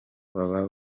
baba